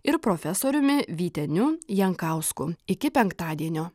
ir profesoriumi vyteniu jankausku iki penktadienio